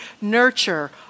nurture